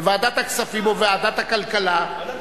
בוועדת הכספים או בוועדת הכלכלה,